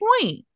point